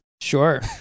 Sure